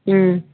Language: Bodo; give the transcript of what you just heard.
उम